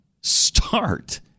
start